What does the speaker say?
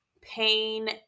pain